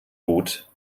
gut